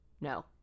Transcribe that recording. No